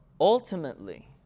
ultimately